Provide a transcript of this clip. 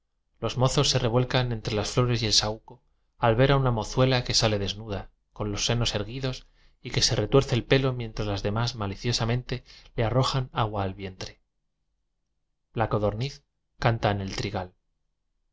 los mozos se revuelcan entre las flores y el saúco al ver a una mozuela que sale des nuda con los senos erguidos y que se fuerce el pelo mientras las demás malicio sas le arrojan agua al vientre la codorniz canta en el tr